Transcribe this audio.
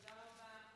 תודה רבה.